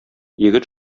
егет